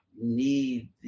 need